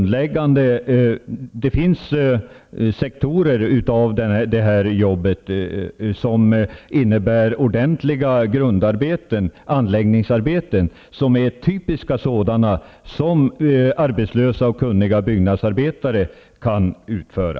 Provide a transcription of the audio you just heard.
Men jag efterfrågade de sektorer som finns inom detta jobb som innebär ordentliga grundarbeten, anläggningsarbeten, som är typiska jobb som arbetslösa och kunniga byggnadsarbetare kan utföra.